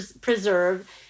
preserve